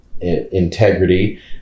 integrity